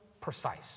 precise